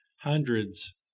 hundreds